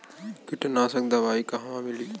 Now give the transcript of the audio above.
कीटनाशक दवाई कहवा मिली?